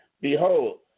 Behold